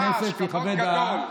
ממש כבוד גדול.